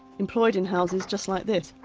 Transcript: employed in houses just like this.